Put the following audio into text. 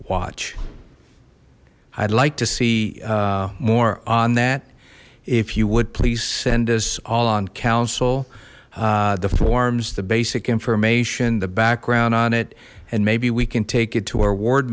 watch i'd like to see more on that if you would please send us all on council the forms the basic information the background on it and maybe we can take it to our ward